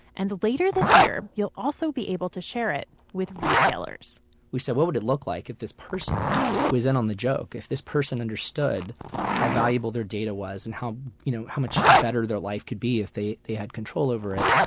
and later this year, you'll also be able to share it with retailers retailers we said what would it look like if this person was in on the joke? if this person understood how valuable their data was and how you know how much better their life could be if they they had control over it?